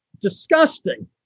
Disgusting